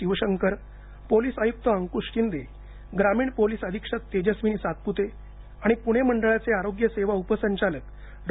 Shivshankar police आयुक्त अंकुश शिंदे ग्रामीण police अधीक्षक तेजस्विनी सातपुते आणि पुणे मंडळाचे आरोग्य सेवा उपसंचालक डॉ